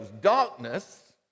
Darkness